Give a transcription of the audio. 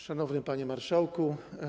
Szanowny Panie Marszałku!